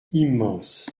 immense